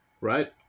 right